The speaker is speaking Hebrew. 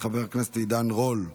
חבר הכנסת עידן רול,